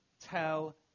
tell